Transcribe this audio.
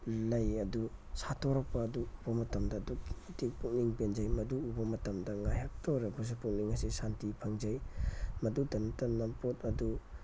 ꯂꯩ ꯑꯗꯨ ꯁꯥꯠꯇꯣꯔꯛꯄ ꯑꯗꯨ ꯎꯕ ꯃꯇꯝꯗ ꯑꯗꯨꯛꯀꯤ ꯃꯇꯤꯛ ꯄꯨꯛꯅꯤꯡ ꯄꯦꯟꯖꯩ ꯃꯗꯨ ꯎꯕ ꯃꯇꯝꯗ ꯉꯥꯏꯍꯥꯛꯇ ꯑꯣꯏꯔꯕꯁꯨ ꯄꯨꯛꯅꯤꯡ ꯑꯁꯦ ꯁꯥꯟꯇꯤ ꯐꯪꯖꯩ ꯃꯗꯨꯇ ꯅꯠꯇꯅ ꯄꯣꯠ ꯑꯗꯨ